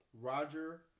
Roger